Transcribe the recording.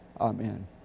Amen